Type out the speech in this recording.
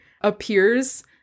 appears